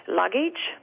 luggage